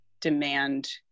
demand